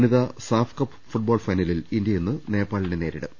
വനിതാ SAFF cup football ഫൈനലിൽ India ഇന്ന് നേപ്പാ ളിനെ നേരിടും